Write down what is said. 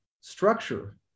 structure